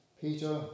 Peter